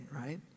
right